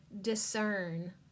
discern